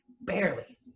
barely